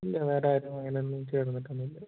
ഇല്ല വേറെ ആരും അങ്ങനെ ഒന്നും ചേർന്നിട്ട് ഒന്നും ഇല്ല